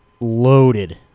loaded